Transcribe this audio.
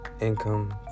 income